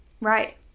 Right